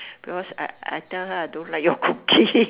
because I I tell her I don't like your cooking